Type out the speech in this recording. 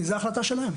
כי זאת החלטה שלהם,